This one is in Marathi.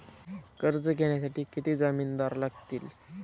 कर्ज घेण्यासाठी किती जामिनदार लागतील?